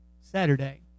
Saturday